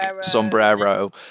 sombrero